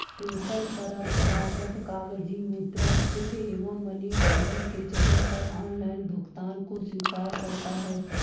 PayPal परंपरागत कागजी मुद्रा, चेक एवं मनी ऑर्डर के जगह पर ऑनलाइन भुगतान को स्वीकार करता है